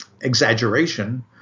exaggeration